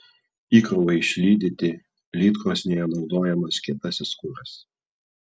įkrovai išlydyti lydkrosnėje naudojamas kietasis kuras